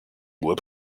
bois